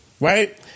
right